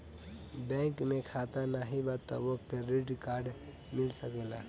Bank में खाता नाही बा तबो क्रेडिट कार्ड मिल सकेला?